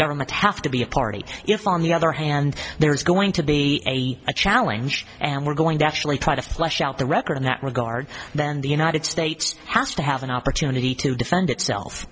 government have to be a party if on the other hand there is going to be a challenge and we're going to actually try to flesh out the record in that regard then the united states has to have an opportunity to defend itself